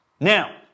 Now